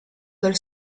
del